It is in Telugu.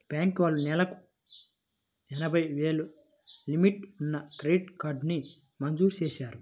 బ్యేంకు వాళ్ళు నెలకు ఎనభై వేలు లిమిట్ ఉన్న క్రెడిట్ కార్డుని మంజూరు చేశారు